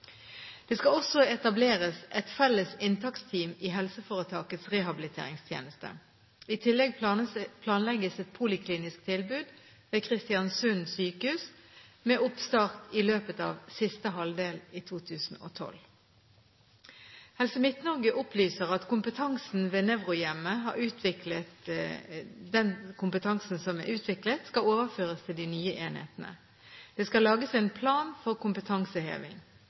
Det skal også etableres et felles inntaksteam i helseforetakets rehabiliteringstjeneste. I tillegg planlegges et poliklinisk tilbud ved Kristiansund sykehus, med oppstart i løpet av siste halvdel av 2012. Helse Midt-Norge opplyser at den kompetansen som er utviklet ved Nevrohjemmet, skal overføres til de nye enhetene. Det skal lages en plan for kompetanseheving.